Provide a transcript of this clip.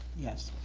yes.